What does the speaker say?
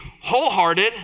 wholehearted